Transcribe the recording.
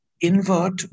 invert